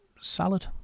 salad